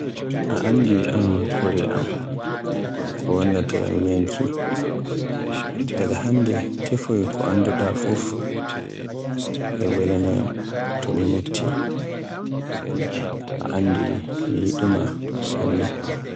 A anndi am kore ko mi yiɗi, ko wonnata yam yonki, daga hannde tefoy ko annduɗa fuf e welaana yam to mi metti, a anndi mi yiɗuma sanne.